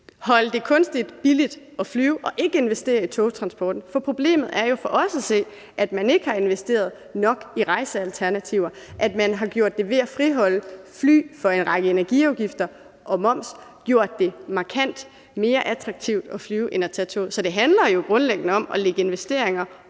holde det kunstigt billigt at flyve og ikke investere i togtransporten. Problemet er jo for os at se, at man ikke har investeret nok i rejsealternativer, og at man ved at friholde fly fra en række energiafgifter og moms har gjort det markant mere attraktivt at flyve end at tage toget. Så det handler jo grundlæggende om at lægge investeringer